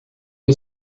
the